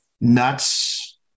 Nuts